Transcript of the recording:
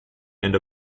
and